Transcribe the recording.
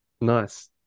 nice